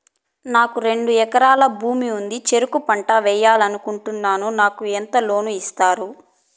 నాకు రెండు ఎకరాల భూమి ఉంది, చెరుకు పంట వేయాలని అనుకుంటున్నా, నాకు ఎంత లోను ఇస్తారు?